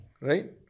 right